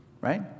right